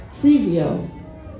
trivial